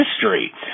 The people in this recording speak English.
history